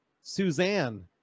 suzanne